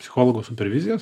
psichologo supervizijas